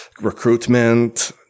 recruitment